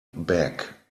back